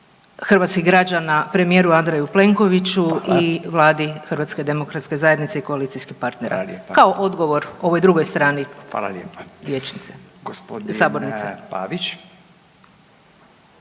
hrvatskih građana premijeru Andreju Plenkoviću i Vladi Hrvatske demokratske zajednice i koalicijskih partnera … …/Upadica Radin: Hvala lijepa./…